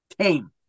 tame